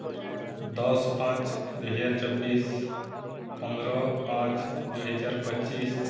ଦଶ ପାଞ୍ଚ ଦୁଇହଜାର ଚବିଶ ପନ୍ଦର ପାଞ୍ଚ ଦୁଇହଜାର ପଚିଶ